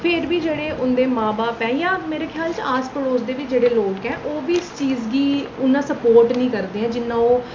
फेर बी उंदे जेह्ड़े मां बब्ब ऐ जां मेरे ख्याल च आस पड़ोस दे बी जेह्ड़े लोक ऐ ओह् बी इस चीज गी उन्ना सपोर्ट नीं करदे जिन्ना ओह्